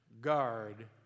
Guard